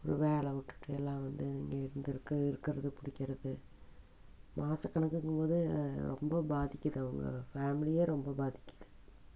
வேலை விட்டுட்டு எல்லாம் வந்து இங்கே இங்கே இருக்கிறது புடிக்கிறது மாத கணக்கில் இருக்கும்போது ரொம்ப பாதிக்குது அவங்க ஃபேமிலியே ரொம்ப பாதிக்குது